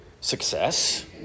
success